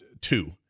two